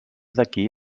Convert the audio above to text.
d’aquí